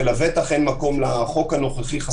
ולבטח אין מקום לחוק הנוכחי,